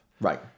Right